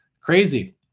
Crazy